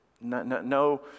No